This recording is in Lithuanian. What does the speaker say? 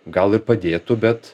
gal ir padėtų bet